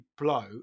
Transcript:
blow